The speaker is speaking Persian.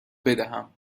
بدهم